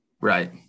right